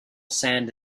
sand